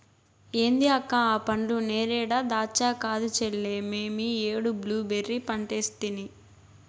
ఏంది అక్క ఆ పండ్లు నేరేడా దాచ్చా కాదు చెల్లే మేమీ ఏడు బ్లూబెర్రీ పంటేసితిని